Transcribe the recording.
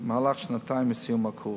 במהלך שנתיים מסיום הקורס.